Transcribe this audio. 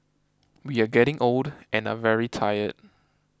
we are getting old and are very tired